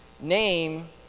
name